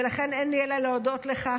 ולכן אין לי אלא להודות לך,